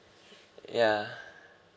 ya